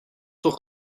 toch